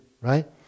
right